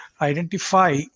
identify